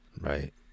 Right